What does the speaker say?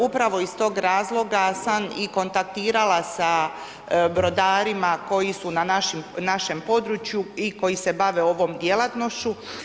Upravo iz toga razloga sam i kontaktirala sa brodarima koji su na našem području i koji se bave ovom djelatnošću.